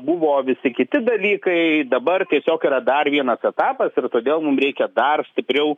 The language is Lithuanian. buvo visi kiti dalykai dabar tiesiog yra dar vienas etapas ir todėl mum reikia dar stipriau